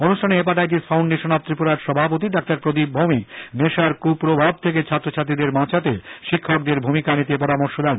অনুষ্ঠানে hepatitis foundation of ত্রিপুরার সভাপতি ডাঃ প্রদীপ ভৌমিক নেশার কু প্রভাব থেকে ছাত্রছাত্রীদের বাঁচাতে শিক্ষকদের ভূমিকা নিতে পরামর্শ দেন